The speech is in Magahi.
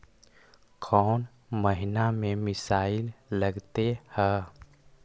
कौन महीना में मिसाइल लगते हैं?